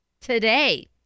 today